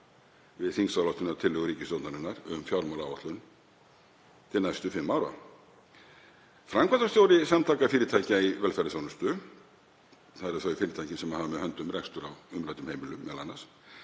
við þingsályktunartillögu ríkisstjórnarinnar um fjármálaáætlun til næstu fimm ára. Framkvæmdastjóri Samtaka fyrirtækja í velferðarþjónustu, það eru þau fyrirtæki sem hafa með höndum rekstur á umræddum heimilum m.a.,